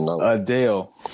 Adele